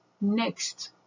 next